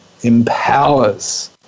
empowers